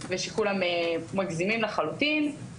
ושכולם מגזימים לחלוטין.